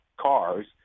cars